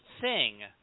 sing